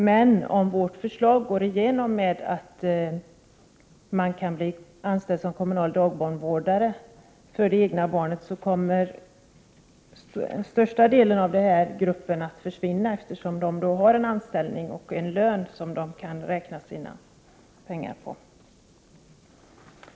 Men om vårt förslag — att en mamma kan bli anställd som kommunal dagbarnvårdare för det egna barnet — går igenom, kommer största delen av denna grupp att försvinna, eftersom de då har en anställning och en lön som deras ersättning kan beräknas på.